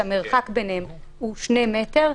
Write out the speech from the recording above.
כאשר המרחק ביניהן הוא 2 מטר.